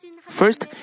First